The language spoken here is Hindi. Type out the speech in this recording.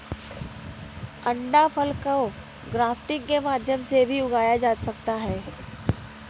अंडाफल को ग्राफ्टिंग के माध्यम से भी उगाया जा सकता है